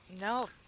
No